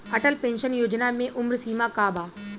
Atal pension Yojana मे उम्र सीमा का बा?